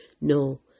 No